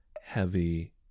heavy